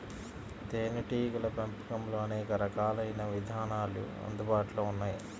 తేనీటీగల పెంపకంలో అనేక రకాలైన విధానాలు అందుబాటులో ఉన్నాయి